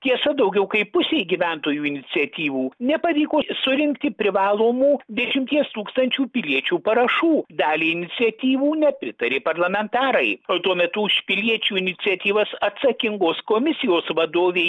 tiesa daugiau kaip pusei gyventojų iniciatyvų nepavyko surinkti privalomų dešimties tūkstančių piliečių parašų daliai iniciatyvų nepritarė parlamentarai o tuo metu už piliečių iniciatyvas atsakingos komisijos vadovė